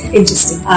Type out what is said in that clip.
Interesting